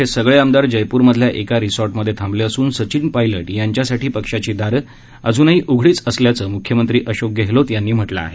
हे सगळे आमदार जयप्रमधल्या एका रिसॉर्टमध्ये थांबले असून सचिन पायलट यांच्यासाठी पक्षाची दारं अज्नही उघडीच असल्याचं म्ख्यमंत्री अशोक गेहलोत यांनी म्हटलं आहे